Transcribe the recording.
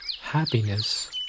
Happiness